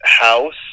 house